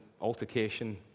altercation